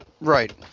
Right